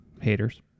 Haters